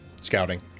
Scouting